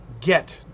get